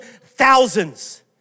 thousands